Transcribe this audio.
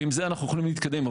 ועם זה אנחנו יכולים להתקדם.